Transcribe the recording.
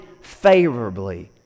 favorably